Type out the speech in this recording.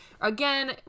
again